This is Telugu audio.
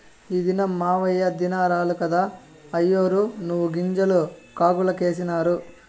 ఈ దినం మాయవ్వ దినారాలు కదా, అయ్యోరు నువ్వుగింజలు కాగులకేసినారు